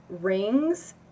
rings